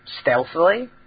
stealthily